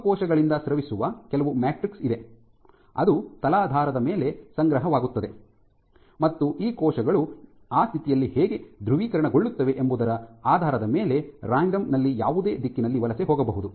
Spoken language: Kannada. ಜೀವಕೋಶಗಳಿಂದ ಸ್ರವಿಸುವ ಕೆಲವು ಮ್ಯಾಟ್ರಿಕ್ಸ್ ಇದೆ ಅದು ತಲಾಧಾರದ ಮೇಲೆ ಸಂಗ್ರಹವಾಗುತ್ತದೆ ಮತ್ತು ಕೋಶಗಳು ಆ ಸ್ಥಿತಿಯಲ್ಲಿ ಹೇಗೆ ಧ್ರುವೀಕರಣಗೊಳ್ಳುತ್ತವೆ ಎಂಬುದರ ಆಧಾರದ ಮೇಲೆ ರಾಂಡಮ್ ನಲ್ಲಿ ಯಾವುದೇ ದಿಕ್ಕಿನಲ್ಲಿ ವಲಸೆ ಹೋಗಬಹುದು